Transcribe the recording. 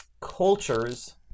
cultures